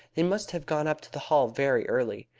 they must have gone up to the hall very early.